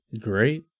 Great